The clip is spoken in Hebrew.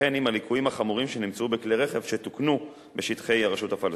וכן עם הליקויים החמורים שנמצאו בכלי רכב שתוקנו בשטחי הרשות הפלסטינית.